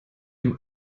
dem